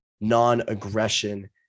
non-aggression